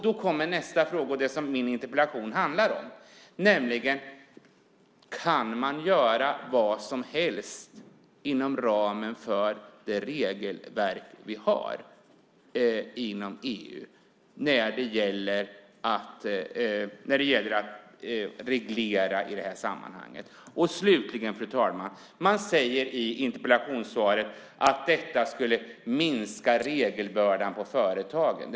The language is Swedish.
Då kommer nästa fråga, och det är det som min interpellation handlar om, nämligen: Kan man göra vad som helst inom ramen för det regelverk vi har inom EU när det gäller att reglera? Slutligen, fru talman, sägs det i interpellationssvaret att detta skulle minska regelbördan på företagen.